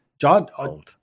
John